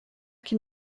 qu’il